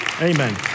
Amen